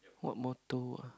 what motto ah